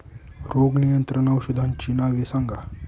रोग नियंत्रण औषधांची नावे सांगा?